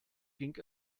ging